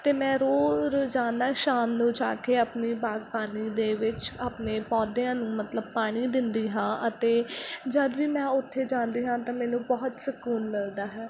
ਅਤੇ ਮੈਂ ਰੋਜ਼ ਰੋਜ਼ਾਨਾ ਸ਼ਾਮ ਨੂੰ ਜਾ ਕੇ ਆਪਣੀ ਬਾਗਬਾਨੀ ਦੇ ਵਿੱਚ ਆਪਣੇ ਪੌਦਿਆਂ ਨੂੰ ਮਤਲਬ ਪਾਣੀ ਦਿੰਦੀ ਹਾਂ ਅਤੇ ਜਦੋਂ ਵੀ ਮੈਂ ਉੱਥੇ ਜਾਂਦੀ ਹਾਂ ਤਾਂ ਮੈਨੂੰ ਬਹੁਤ ਸਕੂਨ ਮਿਲਦਾ ਹੈ